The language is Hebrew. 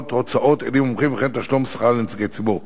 והוצאות עדים ומומחים וכן תשלום שכר לנציגי ציבור.